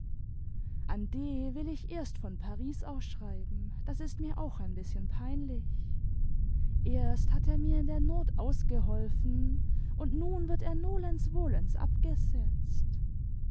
an d will ich erst von paris aus schreiben das ist mir auch ein bißchen peinlich erst hat er mir in der not ausgeholfen und nun wird er nolens volens abgesetzt